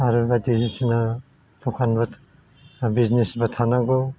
आरो बायदिसिना दखानबो बिजनेसबो थांनांगौ